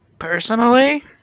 Personally